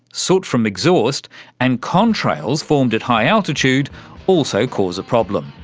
soot from exhaust and contrails formed at high altitude also cause a problem.